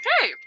Hey